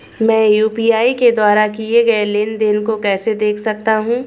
मैं यू.पी.आई के द्वारा किए गए लेनदेन को कैसे देख सकता हूं?